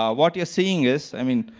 um what you're seeing is, i mean,